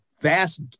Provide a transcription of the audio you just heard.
vast